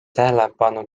tähelepanu